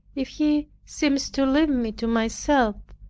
if he seems to leave me to myself,